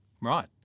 Right